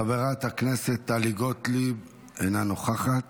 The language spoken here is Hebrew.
חברת הכנסת טלי גוטליב, אינה נוכחת.